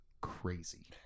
crazy